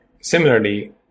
Similarly